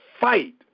fight